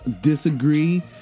disagree